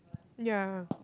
ya